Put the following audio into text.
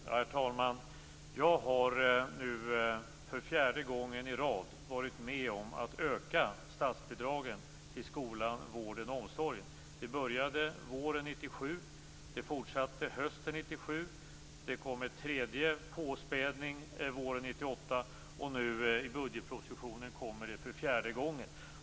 Herr talman! Jag har nu för fjärde gången i rad varit med om att öka statsbidragen till skolan, vården och omsorgen. Det började våren 1997, det fortsatte hösten 1997, det kom en tredje påspädning våren 1998 och nu i budgetpropositionen sker det för fjärde gången.